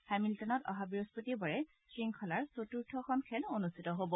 হেমিলটনত অহা বৃহস্পতিবাৰে শংখলাৰ চতুৰ্থখন খেল অনুষ্ঠিত হ'ব